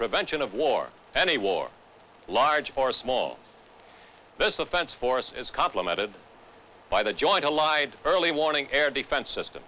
prevention of war any war large or small best of fence forces complemented by the joint allied early warning air defense system